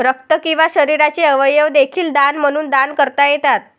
रक्त किंवा शरीराचे अवयव देखील दान म्हणून दान करता येतात